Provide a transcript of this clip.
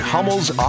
Hummel's